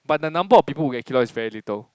but the number of people who get keloids is very little